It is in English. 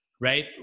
right